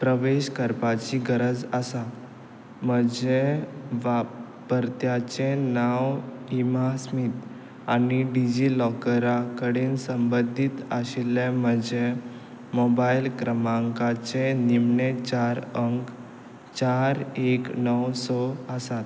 प्रवेश करपाची गरज आसा म्हजें वापर्त्याचें नांव इमा स्मीथ आनी डिजी लॉकरा कडेन संबंदीत आशिल्ले म्हजे मोबायल क्रमांकाचे निमणे चार अंक चार एक णव स आसात